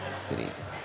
cities